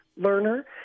learner